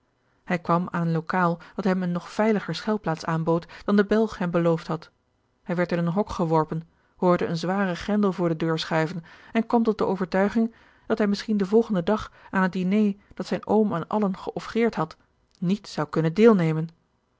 hij kwam aan een lokaal dat hem eene nog veiliger schuilplaats aanbood dan de belg hem beloofd had hij werd in een hok geworpen hoorde een zwaren grendel voor de deur schuiven en kwam tot de overtuiging dat hij misschien den volgenden dag aan het diner dat zijn oom aan allen geoffreerd had niet zou kunnen deelnemen